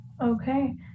Okay